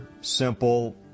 simple